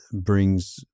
brings